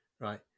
Right